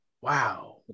wow